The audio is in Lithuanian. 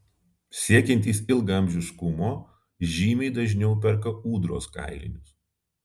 siekiantys ilgaamžiškumo žymiai dažniau perka ūdros kailinius